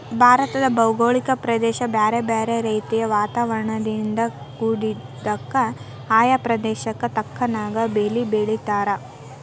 ಭಾರತದ ಭೌಗೋಳಿಕ ಪ್ರದೇಶ ಬ್ಯಾರ್ಬ್ಯಾರೇ ರೇತಿಯ ವಾತಾವರಣದಿಂದ ಕುಡಿದ್ದಕ, ಆಯಾ ಪ್ರದೇಶಕ್ಕ ತಕ್ಕನಾದ ಬೇಲಿ ಬೆಳೇತಾರ